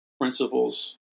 principles